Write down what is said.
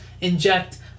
inject